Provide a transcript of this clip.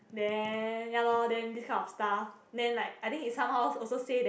then ya loh then this kind of stuff then like I think is somehow also say that